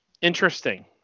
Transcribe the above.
Interesting